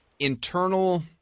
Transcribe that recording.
Internal